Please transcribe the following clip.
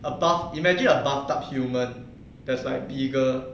a bath imagine a bathtub human that's like bigger